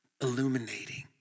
illuminating